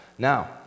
Now